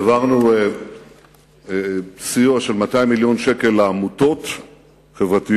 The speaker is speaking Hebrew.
העברנו סיוע של 200 מיליון שקל לעמותות חברתיות.